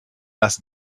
less